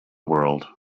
world